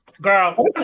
Girl